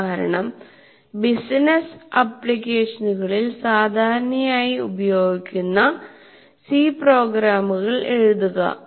ഉദാഹരണം "ബിസിനസ്സ് ആപ്ലിക്കേഷനുകളിൽ സാധാരണയായി ഉപയോഗിക്കുന്ന C പ്രോഗ്രാമുകൾ എഴുതുക